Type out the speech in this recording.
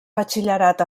batxillerat